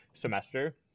semester